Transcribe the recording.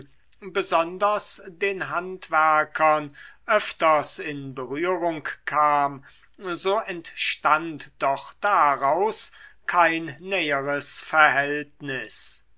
besonders den handwerkern öfters in berührung kam so entstand doch daraus kein näheres verhältnis